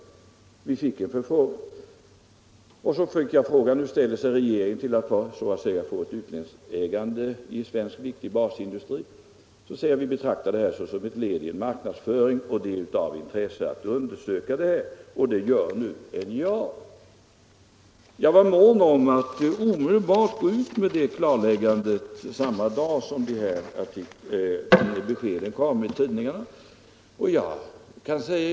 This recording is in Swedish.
Vi fick en förfrågan Sedan fick jag frågan: ”Hur ställer sig regeringen till att få ett så att säga utländskt ägande i en svensk viktig basindustri?” Jag svarade att vi ”betraktar det här såsom ett led i en marknadsföring” och underströk att det är av intresse att undersöka saken, och att NJA nu gör det. Jag var mån om att omedelbart gå ut med det klarläggandet, samma dag som de här beskeden kom i tidningarna.